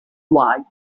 wide